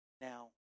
now